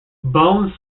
bone